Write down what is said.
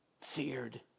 feared